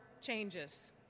changes